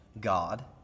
God